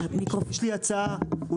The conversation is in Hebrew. יש לי הצעה.